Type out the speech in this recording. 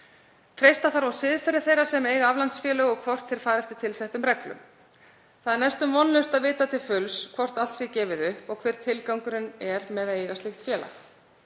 Treysta þarf á siðferði þeirra sem eiga aflandsfélög og að þeir fari eftir settum reglum. Það er næstum vonlaust að vita til fulls hvort allt sé gefið upp og hver tilgangurinn er með að eiga slíkt félag.